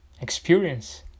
experience